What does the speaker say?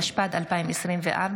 התשפ"ד 2024,